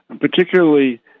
particularly